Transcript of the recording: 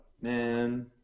man